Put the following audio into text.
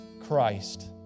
Christ